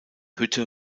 hütte